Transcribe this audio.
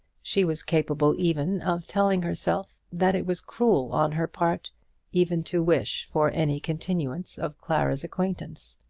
she was capable even of telling herself that it was cruel on her part even to wish for any continuance of clara's acquaintance.